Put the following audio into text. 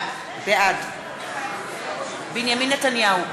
בעד בנימין נתניהו,